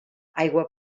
aigua